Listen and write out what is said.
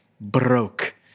broke